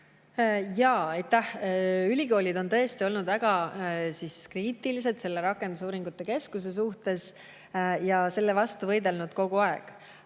Ülikoolid on tõesti olnud väga kriitilised selle rakendusuuringute keskuse suhtes ja selle vastu võidelnud kogu aeg.